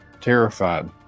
Terrified